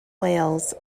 wales